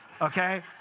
okay